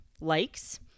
likes